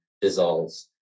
dissolves